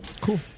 Cool